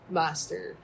master